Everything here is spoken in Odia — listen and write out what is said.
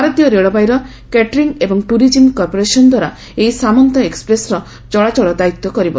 ଭାରତୀୟ ରେଳବାଇର କ୍ୟାଟୋରିଙ୍ଗ ଏବଂ ଟୁରିକିମ୍ କର୍ପୋରେସନ ଦ୍ୱାରା ଏହି ସାମନ୍ତ ଏକ୍୍ପପ୍ରେସର ଚଳାଚଳ ଦାୟିତ୍ୱ କରିବ